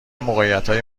موقعیتهای